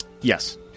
Yes